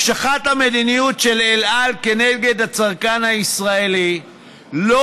הקשחת המדיניות של אל על כנגד הצרכן הישראלי לא